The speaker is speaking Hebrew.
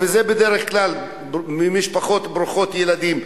וזה בדרך כלל במשפחות ברוכות ילדים,